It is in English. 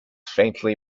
faintly